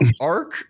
arc